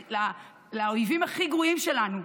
לאויבים הכי גרועים שלנו,